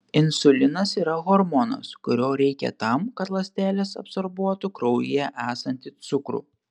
insulinas yra hormonas kurio reikia tam kad ląstelės absorbuotų kraujyje esantį cukrų